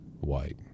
white